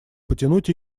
потянуть